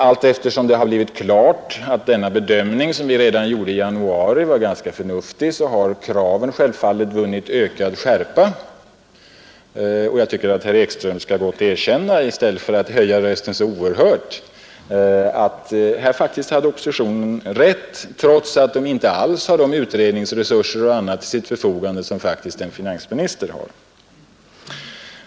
Allteftersom det har blivit klart att denna bedömning, som vi gjorde redan i januari, var ganska förnuftig, har kraven självfallet vunnit ökad skärpa. Jag tycker att herr Ekström, i stället för att höja rösten så oerhört, då skulle erkänna att oppositionen här faktiskt hade rätt, trots att den inte alls har de utredningsresurser till sitt förfogande som en finansminister har.